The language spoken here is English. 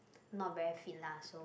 not very fit lah so